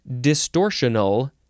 distortional